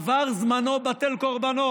עבר זמנו בטל קורבנו.